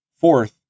Fourth